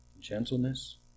gentleness